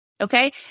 Okay